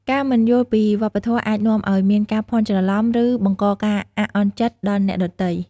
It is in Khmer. ការមិនយល់ពីវប្បធម៌អាចនាំឱ្យមានការភ័ន្តច្រឡំ ឬបង្កការអាក់អន់ចិត្តដល់អ្នកដទៃ។